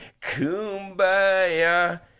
Kumbaya